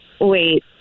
Wait